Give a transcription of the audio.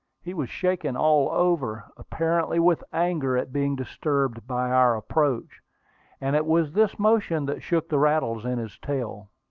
he was shaking all over, apparently with anger at being disturbed by our approach and it was this motion that shook the rattles in his tail.